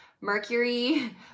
Mercury